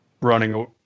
running